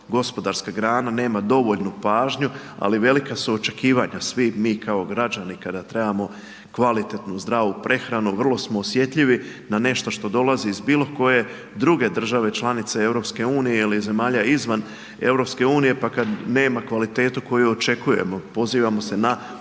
gospodarska grana nema dovoljnu pažnju, ali velika su očekivanja. Svi mi kao građani kada trebamo kvalitetnu zdravu prehranu vrlo smo osjetljivi na nešto do dolazi iz bilo koje druge države članice EU ili zemalja izvan EU, pa kada nema kvalitetu koju očekujemo pozivamo se na domaću